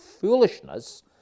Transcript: foolishness